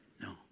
No